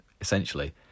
essentially